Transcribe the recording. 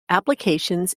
applications